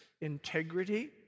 integrity